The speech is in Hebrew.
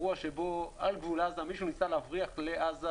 אירוע שעל גבול עזה מישהו ניסה להבריח לעזה